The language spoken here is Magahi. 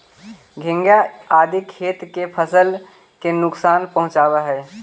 घोंघा आदि खेत के फसल के नुकसान पहुँचावऽ हई